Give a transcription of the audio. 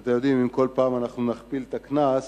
אתם יודעים, אם כל פעם נכפיל את הקנס,